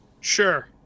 sure